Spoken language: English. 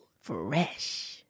Fresh